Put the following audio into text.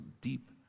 deep